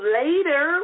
later